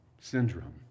Syndrome